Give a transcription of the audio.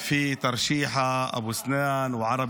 להלן